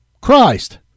Christ